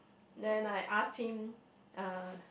then I ask him uh